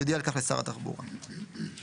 יודיע על כך לשר התחבורה." אוקיי.